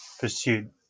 pursuit